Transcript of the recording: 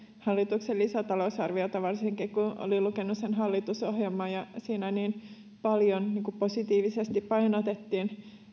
hallituksen lisätalousarviolta varsinkin kun olin lukenut sen hallitusohjelman ja siinä niin paljon positiivisesti painotettiin